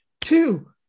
two